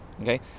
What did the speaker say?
Okay